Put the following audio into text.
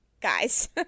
guys